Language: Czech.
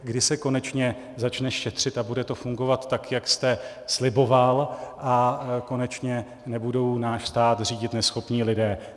Kdy se konečně začne šetřit a bude to fungovat tak, jak jste sliboval, a konečně nebudou náš stát řídit neschopní lidé.